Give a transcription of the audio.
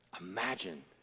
Imagine